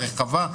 הרחבה,